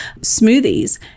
Smoothies